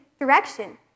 direction